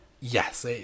Yes